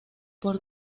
por